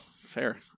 fair